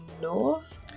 north